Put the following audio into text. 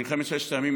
מלחמת ששת הימים,